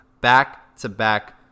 back-to-back